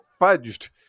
fudged